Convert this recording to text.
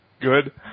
Good